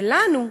ולנו,